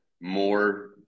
More